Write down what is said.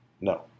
no